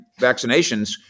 vaccinations